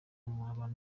abantu